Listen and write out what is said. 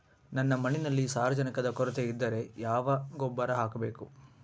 ನನ್ನ ಮಣ್ಣಿನಲ್ಲಿ ಸಾರಜನಕದ ಕೊರತೆ ಇದ್ದರೆ ಯಾವ ಗೊಬ್ಬರ ಹಾಕಬೇಕು?